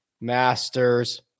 Masters